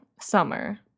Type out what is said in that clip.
summer